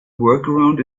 workaround